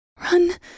Run